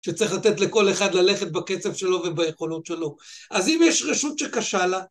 שצריך לתת לכל אחד ללכת בקצב שלו וביכולות שלו. אז אם יש רשות שקשה לה...